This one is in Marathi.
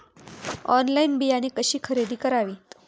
ऑनलाइन बियाणे कशी खरेदी करावीत?